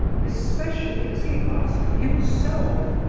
especially as he asked himself,